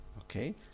Okay